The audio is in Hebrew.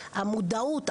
המודעות,